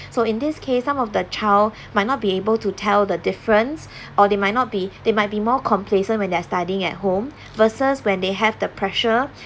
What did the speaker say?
so in this case some of the child might not be able to tell the difference or they might not be they might be more complacent when they're studying at home versus when they have the pressure